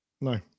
No